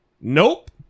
nope